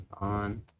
on